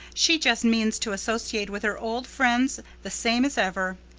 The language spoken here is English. she just means to associate with her old friends the same as ever.